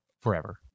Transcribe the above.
forever